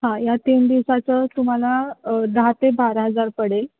हां या तीन दिवसाचं तुम्हाला दहा ते बारा हजार पडेल